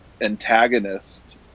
antagonist